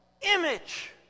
image